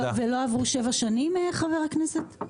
ולא עברו שבע שנים, חבר הכנסת?